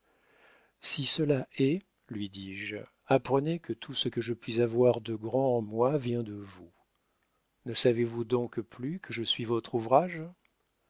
si cela est lui dis-je apprenez que tout ce que je puis avoir de grand en moi vient de vous ne savez-vous donc plus que je suis votre ouvrage